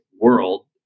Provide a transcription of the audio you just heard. world